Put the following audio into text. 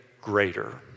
greater